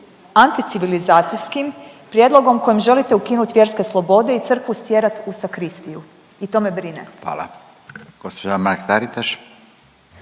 anticivilizacijskim, prijedlogom kojim želite ukinuti vjerske slobode i crkvu stjerati u sakristiju i to me brine. **Radin, Furio